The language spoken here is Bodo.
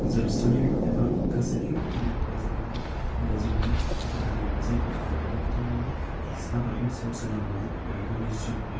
जोबस्राङोब्ला एबा गासैबो जुदि खहा जायोब्ला बे जोंनि आबादारि जायफोर आबादारि बिथांमोनहा आबादनि सायाव सोनारनानै गावनि जिउखौ